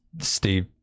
steve